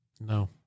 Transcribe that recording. No